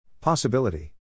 possibility